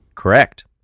correct